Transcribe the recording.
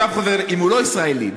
אם הוא לא ישראלי,